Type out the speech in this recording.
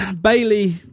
Bailey